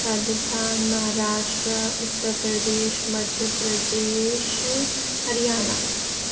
Rajasthan Maharashtra Uttar Pradesh Madhya Pradesh Haryana